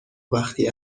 وقتی